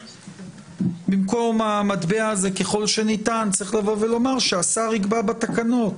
שבמקום המטבע הזה "ככל שניתן" צריך לומר שהשר יקבע בתקנות.